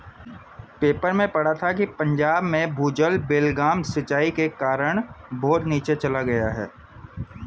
paper में पढ़ा था कि पंजाब में भूजल बेलगाम सिंचाई के कारण बहुत नीचे चल गया है